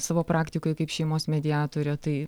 savo praktikoj kaip šeimos mediatorė tai